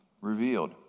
revealed